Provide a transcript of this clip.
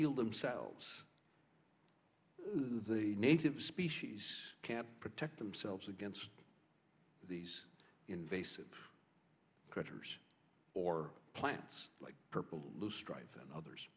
heal themselves the native species can't protect themselves against these invasive creatures or plants like purple loosestrife and others